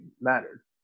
mattered